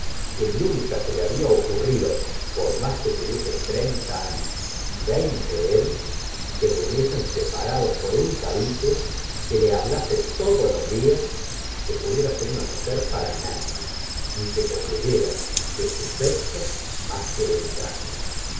que nunca se le había ocurrido por más que tuviese treinta años y veinte él y que durmiesen separados por un tabique y que le hablase todos los días que pudiera ser una mujer para nadie ni que poseyera de su sexo más que el traje